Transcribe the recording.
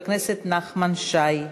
חבר הכנסת נחמן שי.